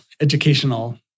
educational